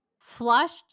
flushed